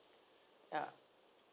ya